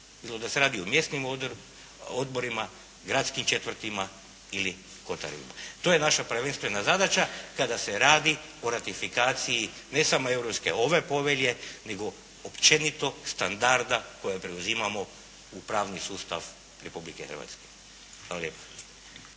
Bilo da se radi o mjesnim odborima, gradskim četvrtima ili kotarevima. To je naša prvenstvena zadaća kada se radi o ratifikaciji ne samo Europske ove povelje, nego općenito standarda koje preuzimamo u pravni sustav Republike Hrvatske.